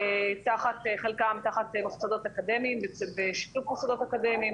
חלקם תחת מוסדות אקדמיים בשיתוף מוסדות אקדמיים,